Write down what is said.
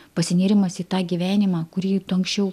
pasinėrimas į tą gyvenimą kurį anksčiau